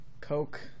Coke